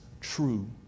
true